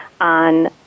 on